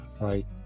right